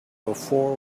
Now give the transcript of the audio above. before